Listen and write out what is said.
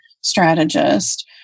strategist